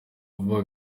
vuba